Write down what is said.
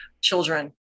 children